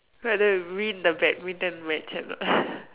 whether we win the badminton match or not